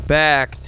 back